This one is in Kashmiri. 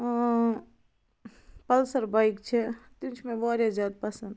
پلسر بایک چھِ تِم چھِ مےٚ وارِیاہ زیادٕ پسنٛد